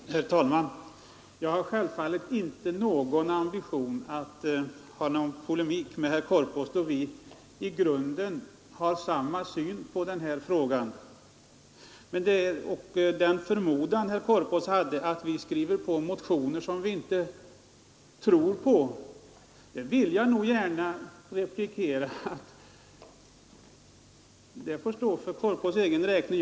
Herr talman! Jag har självfallet inte någon ambition att gå i polemik med herr Korpås, då vi i grunden har samma syn på den här frågan. På herr Korpås” förmodan, att vi skriver på motioner som vi inte tror på, vill jag gärna replikera att den uppfattningen får stå för herr Korpås.